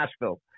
Nashville